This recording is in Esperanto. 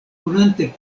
konante